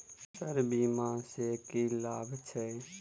Sir बीमा सँ की लाभ छैय?